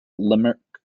limerick